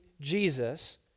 Jesus